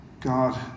God